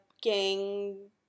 gang